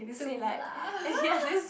to